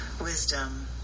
wisdom